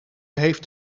heeft